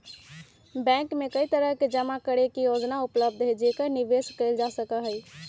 bank में कई तरह के जमा करे के योजना उपलब्ध हई जेकरा निवेश कइल जा सका हई